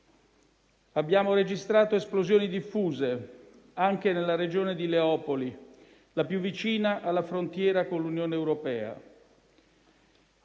Abbiamo registrato esplosioni diffuse, anche nella regione di Leopoli, la più vicina alla frontiera con l'Unione europea.